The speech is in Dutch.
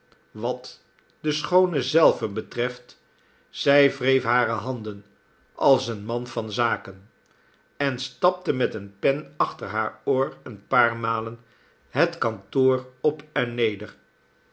wat de schoone zelve betreft zij wreef hare handen als een man van zaken en stapte met eene pen achter haar oor een paar malen het kantoor op en neder